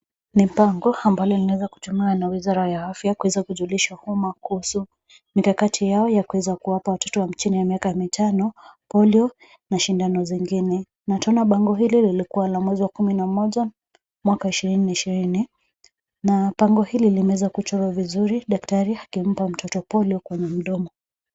Ni pango ambalo linaweza kutumiwa na wizara ya afya kuweza kujulishwa umma kuhusu mikakati yao ya kuweza kuwapa watoto wa chini ya miaka mitano Polio na shindano zingine na tuna bango hili lilikuwa la mwezi wa kumi na moja, mwaka ishirini na ishirini na bango hili limeweza kuchorwa vizuri daktari akimpa mtoto Polio kwenye mdomo.